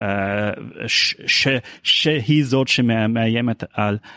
שהיא זאת שמאיימת על.